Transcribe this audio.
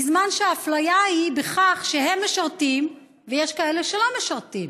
בזמן שהאפליה היא בכך שהם משרתים כשיש כאלה שלא משרתים.